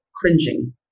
cringing